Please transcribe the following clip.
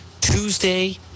Tuesday